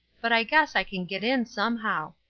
but i guess i can get in somehow.